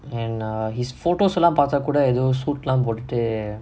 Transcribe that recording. and err his photos எல்லாம் பாத்தா கூட எதோ:ellaam paathaa kooda etho suit எல்லாம் போட்டுட்டு:ellaam pottuttu